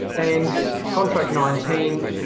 and contract nineteen,